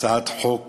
זו הצעת חוק